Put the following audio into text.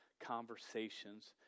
conversations